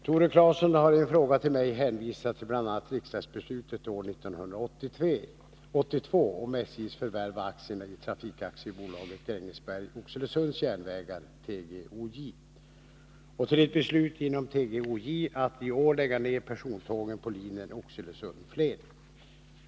Herr talman! Tore Claeson har i en fråga till mig hänvisat till bl.a. riksdagsbeslutet år 1982 om SJ:s förvärv av aktierna i Trafikaktiebolaget Grängesberg-Oxelösunds järnvägar och till ett beslut inom TGOJ att i år lägga ned persontågen på linjen Oxelösund-Flen.